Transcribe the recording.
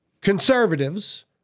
conservatives